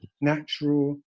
natural